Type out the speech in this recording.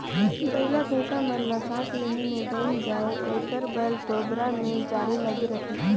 बइला भइसा मन ल सास लेहे ले बइन जाय एकर बर तोबरा मे जाली लगे रहथे